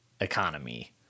economy